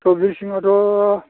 थगदैसिङाथ'